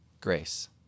Grace